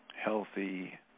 healthy